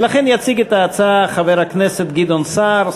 ולכן יציג את ההצעה חבר הכנסת גדעון סער,